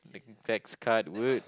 next card would